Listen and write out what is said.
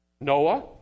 Noah